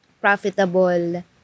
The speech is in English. profitable